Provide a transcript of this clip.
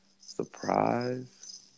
Surprise